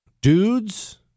Dudes